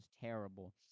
terrible